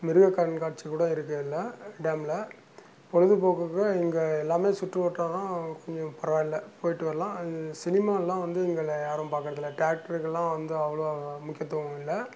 மிருக கண்காட்சி கூட இருக்குது அதில் டேமில் பொழுதுபோக்குக்கு இங்கே எல்லாமே சுற்றுவட்டாரம் கொஞ்சம் பரவாயில்ல போயிட்டு வரலாம் அது சினிமால்லாம் வந்து இவங்கள யாரும் பார்க்கறதில்ல தேட்ருக்கெல்லாம் வந்து அவ்வளோ முக்கியத்துவம் இல்லை